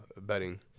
betting